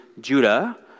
Judah